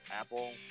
Apple